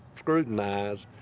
scrutinized,